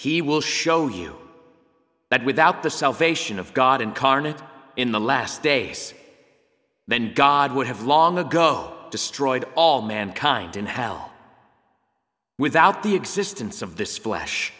he will show you that without the salvation of god incarnate in the last days then god would have long ago destroyed all mankind in hell without the existence of the splash